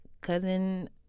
cousin